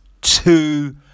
Two